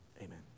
Amen